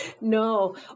No